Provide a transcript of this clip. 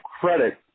credit